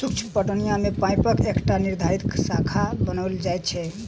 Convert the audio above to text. सूक्ष्म पटौनी मे पाइपक एकटा निर्धारित खाका बनाओल जाइत छै